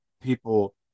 people